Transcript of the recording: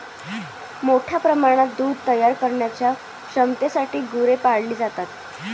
मोठ्या प्रमाणात दूध तयार करण्याच्या क्षमतेसाठी गुरे पाळली जातात